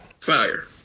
Fire